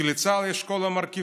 כי לצה"ל יש כל המרכיבים.